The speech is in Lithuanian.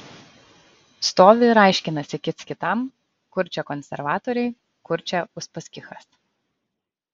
stovi ir aiškinasi kits kitam kur čia konservatoriai kur čia uspaskichas